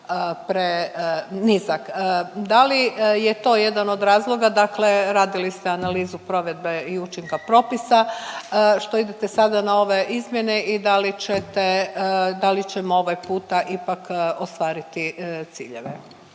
prenizak. Da li je to jedan od razloga, dakle radili ste analizu provedbe i učinka propisa, što idete na ove izmjene i da li ćete i da li ćemo ovaj puta ipak ostvariti ciljeve?